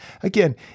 again